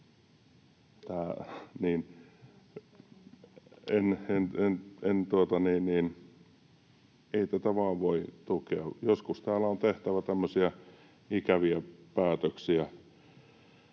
Ei tätä vaan voi tukea. Joskus täällä on tehtävä tämmöisiä ikäviä päätöksiä,